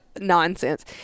nonsense